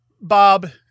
Bob